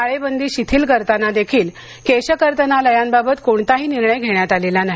टाळेबंदी शिथिल करताना देखील केशकर्तनालयांबाबत कोणताही निर्णय घेण्यात आलेला नाही